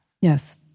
Yes